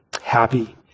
happy